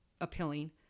appealing